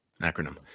acronym